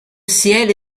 ciel